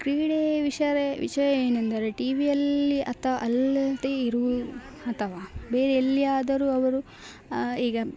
ಕ್ರೀಡೆ ವಿಚಾರ ವಿಷಯ ಏನೆಂದರೆ ಟಿ ವಿಯಲ್ಲಿ ಅಥವಾ ಅಲ್ಲದೇ ಇರು ಅಥವಾ ಬೇರೆ ಎಲ್ಲಿಯಾದರೂ ಅವರು ಈಗ